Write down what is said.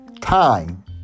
time